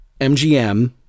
MGM